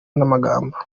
n’amagambo